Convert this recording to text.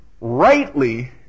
rightly